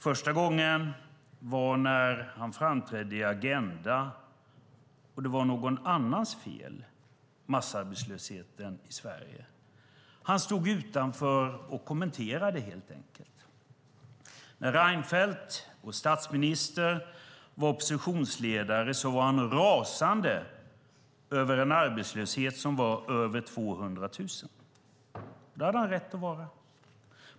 Första gången var när han framträdde i Agenda och massarbetslösheten i Sverige var någon annans fel. Han stod utanför och kommenterade, helt enkelt. När Reinfeldt, vår statsminister, var oppositionsledare var han rasande över den arbetslöshet som var över 200 000. Det hade han rätt att vara.